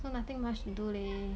so nothing much to do leh